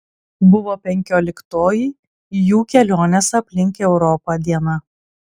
buvo penkioliktoji jų kelionės aplink europą diena